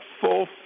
full